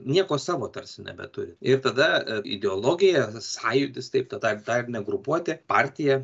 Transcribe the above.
nieko savo tarsi nebeturi ir tada ideologija sąjūdis taip totalitarinė grupuotė partija